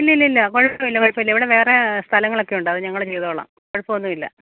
ഇല്ലില്ലില്ല കുഴപ്പമില്ല കുഴപ്പമില്ല ഇവിടെ വേറെ സ്ഥലങ്ങളൊക്കെ ഉണ്ട് അത് ഞങ്ങൾ ചെയ്തോളാം കുഴപ്പമൊന്നും ഇല്ല